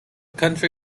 country